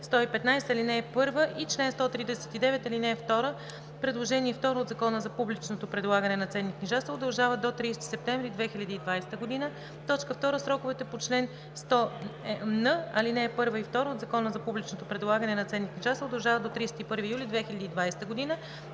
115, ал. 1 и чл. 139, ал. 2, предложение второ от Закона за публичното предлагане на ценни книжа се удължават до 30 септември 2020 г.; 2. сроковете по чл. 100н, ал. 1 и 2 от Закона за публичното предлагане на ценни книжа се удължават до 31 юли 2020 г.; 3.